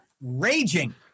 Raging